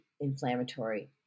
inflammatory